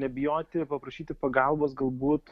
nebijoti paprašyti pagalbos galbūt